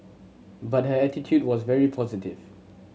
but her attitude was very positive